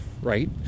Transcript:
right